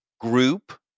group